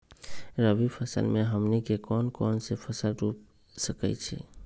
रबी फसल में हमनी के कौन कौन से फसल रूप सकैछि?